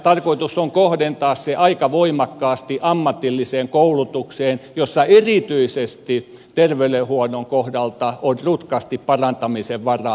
tarkoitus on kohdentaa se aika voimakkaasti ammatilliseen koulutukseen jossa erityisesti terveydenhuollon kohdalta on rutkasti parantamisen varaa